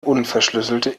unverschlüsselte